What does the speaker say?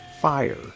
fire